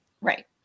right